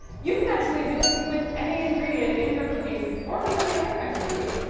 you can actually do this with any ingredients in your cookies or with any other kinds of food.